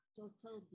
total